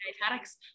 dietetics